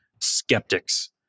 skeptics